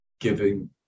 giving